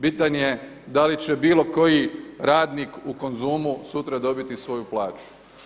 Bitan je da li će bilo koji radnik u Konzumu sutra dobiti svoju plaću?